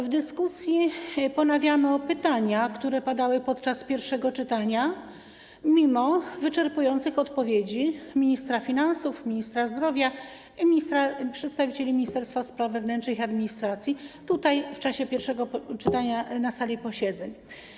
W dyskusji ponawiano pytania, które padały podczas pierwszego czytania, mimo wyczerpujących odpowiedzi ministra finansów, ministra zdrowia i przedstawicieli Ministerstwa Spraw Wewnętrznych i Administracji w czasie pierwszego czytania na sali posiedzeń.